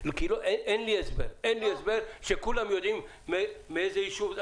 אין לי הסבר שכולם יודעים מאיזה יישוב הם.